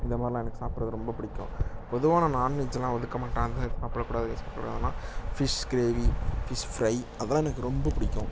இந்தமாரிலாம் எனக்கு சாப்பிட்றது எனக்கு ரொம்ப பிடிக்கும் பொதுவாக நான் நான்வெஜ்லாம் ஒதுக்கமாட்டேன் அங்கே சாப்பிடக்கூடாது சாப்பிட கூடாது அதலாம் ஃபிஷ் கிரேவி ஃபிஷ் ஃபிரை அதலாம் எனக்கு ரொம்ப பிடிக்கும்